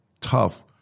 tough